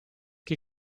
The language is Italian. che